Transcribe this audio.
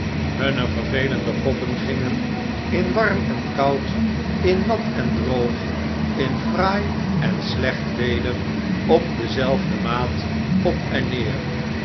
hunne vervelende koppen gingen in warm en koud in nat en droog in fraai en slecht weder op dezelfde maat op en neer